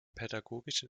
pädagogischen